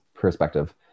perspective